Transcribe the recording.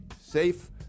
safe